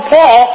Paul